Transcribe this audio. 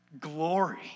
glory